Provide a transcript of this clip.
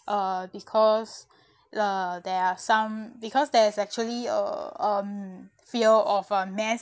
uh because lah there are some because there is actually a um fear of a mass